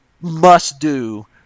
must-do